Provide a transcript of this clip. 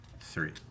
Three